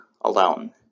alone